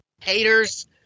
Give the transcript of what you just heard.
haters